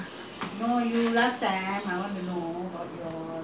you go and uh err uh பருப்பு வேக வைக்குரலே:paruppu vega vaikkuralae